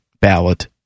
ballot